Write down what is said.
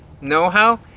know-how